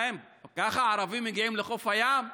מה, ככה ערבים מגיעים לחוף הים?